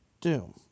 Doom